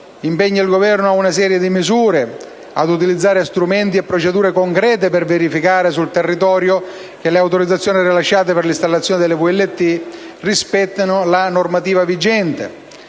impegna il Governo: 1) ad utilizzare strumenti e procedure concrete per verificare sul territorio che le autorizzazioni rilasciate per l'installazione delle VLT rispettino la normativa